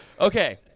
Okay